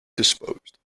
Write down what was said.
disposed